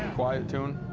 quiet tune.